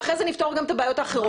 ואחרי זה נפטור גם את הבעיות האחרות.